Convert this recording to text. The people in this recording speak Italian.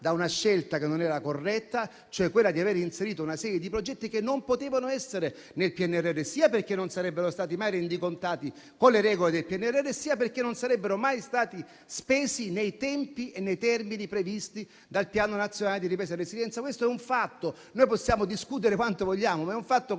da una scelta che non era corretta, cioè quella di aver inserito una serie di progetti che non potevano essere nel PNRR, sia perché non sarebbero stati mai rendicontati con le regole del PNRR, sia perché quelle risorse non sarebbero mai state spese nei tempi e nei termini previsti dal Piano nazionale di ripresa e resilienza. Possiamo discutere quanto vogliamo, ma questo è un fatto così